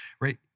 Right